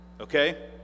okay